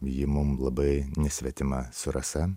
ji mum labai nesvetima su rasa